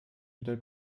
wieder